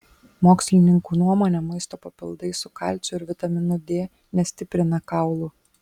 mokslininkų nuomone maisto papildai su kalciu ir vitaminu d nestiprina kaulų